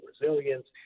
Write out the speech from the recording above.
resilience